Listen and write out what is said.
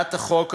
בהצעת החוק הזו.